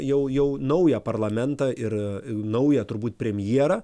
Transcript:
jau jau naują parlamentą ir naują turbūt premjerą